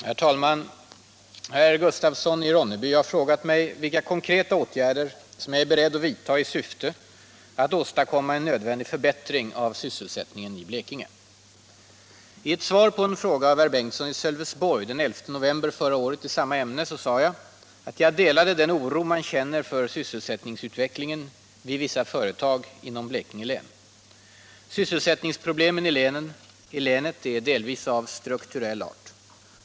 75, och anförde: Herr talman! Herr Gustafsson i Ronneby har frågat mig vilka konkreta åtgärder som jag är beredd att vidta i syfte att åstadkomma en nödvändig förbättring av sysselsättningen i Blekinge. I ett svar på en fråga av herr Bengtsson i Sölvesborg den 11 november förra året i samma ämne sade jag att jag delade den oro man känner för sysselsättningsutvecklingen vid vissa företag inom Blekinge län. Sysselsättningsproblemen i länet är delvis av strukturell art.